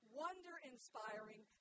wonder-inspiring